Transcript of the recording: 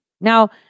Now